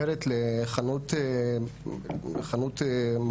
זה עניין טכני.